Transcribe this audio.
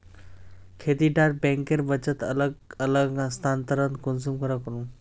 खेती डा बैंकेर बचत अलग अलग स्थानंतरण कुंसम करे करूम?